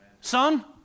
son